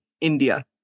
India